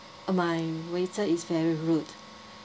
my waiter is very rude